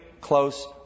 close